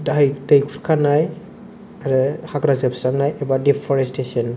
दै खुरखानाय आरो हाग्रा जोबस्रांनाय एबा डिफरेसटेसन